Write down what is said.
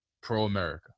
pro-America